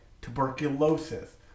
tuberculosis